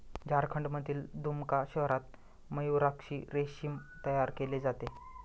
झारखंडमधील दुमका शहरात मयूराक्षी रेशीम तयार केले जाते